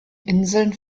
inseln